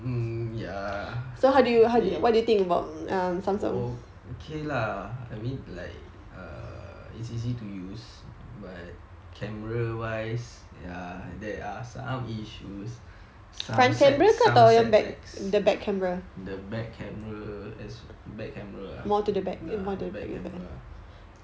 mm ya actually okay lah I mean like err it's easy to use but camera wise ya there are some issues some set~ some setbacks the back camera back camera ah ya the back camera lah